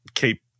keep